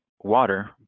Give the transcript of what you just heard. water